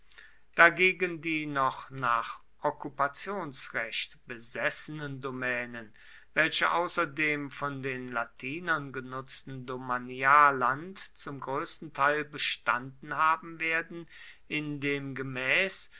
dagegen die noch nach okkupationsrecht besessenen domänen welche außer dem von den latinern genutzten domanialland zum größten teil bestanden haben werden in dem gemäß